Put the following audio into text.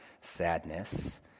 sadness